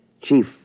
Chief